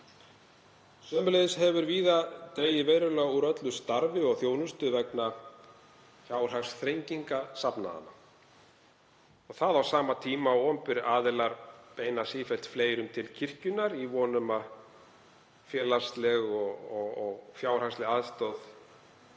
Sömuleiðis hefur víða dregið verulega úr öllu starfi og þjónustu vegna fjárhagsþrenginga safnaðanna og það á sama tíma og opinberir aðilar beina sífellt fleirum til kirkjunnar í von um að félagsleg og fjárhagsleg aðstoð